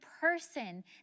person